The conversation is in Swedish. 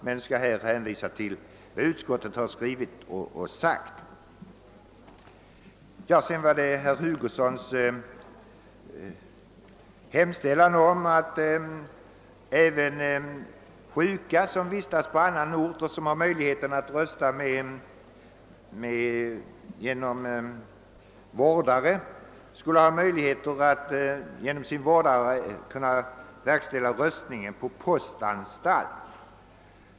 Jag vill dock hänvisa till vad utskottet skrivit. Herr Hugosson har hemställt om att även sjuka som vistas på annan ort än hemorten och som har möjlighet att rösta genom vårdare skulle kunna få verkställa röstningen genom sin vårdare på postanstalt.